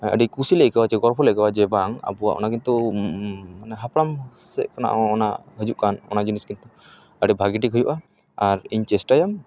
ᱟᱹᱰᱤ ᱠᱩᱥᱤ ᱞᱮ ᱟᱹᱭᱠᱟᱹᱣᱟ ᱡᱮ ᱜᱚᱨᱚᱵᱽ ᱞᱮ ᱟᱹᱭᱠᱟᱹᱣᱟ ᱡᱮ ᱵᱟᱝ ᱟᱵᱚᱣᱟᱜ ᱚᱱᱟ ᱠᱤᱱᱛᱩ ᱢᱟᱱᱮ ᱦᱟᱯᱲᱟᱢ ᱥᱮᱫ ᱠᱷᱚᱱᱟᱜ ᱦᱚᱸ ᱚᱱᱟ ᱦᱟᱹᱡᱩᱜ ᱠᱟᱱᱟ ᱚᱱᱟ ᱡᱤᱱᱤᱥ ᱠᱤᱱᱛᱩ ᱟᱹᱰᱤ ᱵᱷᱟᱜᱮ ᱴᱷᱤᱠ ᱦᱩᱭᱩᱜᱼᱟ ᱟᱨ ᱤᱧ ᱪᱮᱥᱴᱟᱭᱟ